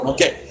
Okay